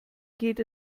geht